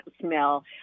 smell